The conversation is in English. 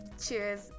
Cheers